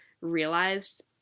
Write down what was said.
realized